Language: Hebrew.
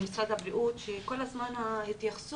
למשרד הבריאות, שכל הזמן ההתייחסות